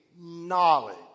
knowledge